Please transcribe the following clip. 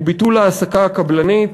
הוא ביטול ההעסקה הקבלנית,